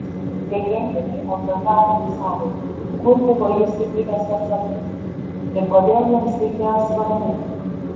legendiniai ldk husarai kur buvo jų stiprybės paslaptis ir kodėl jiems reikėjo sparnų